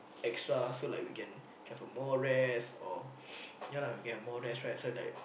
extra so like we can have a more rest or yeah lah we can have more rest right so like